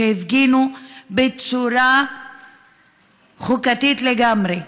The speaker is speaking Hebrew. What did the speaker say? שהפגינו בצורה חוקתית לגמרי,